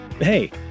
Hey